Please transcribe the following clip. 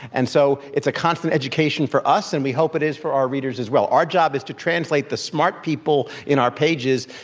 and so, it's a constant education for us, and it hope it is for our readers as well. our job is to translate the smart people in our pages,